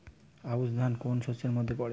আউশ ধান কোন শস্যের মধ্যে পড়ে?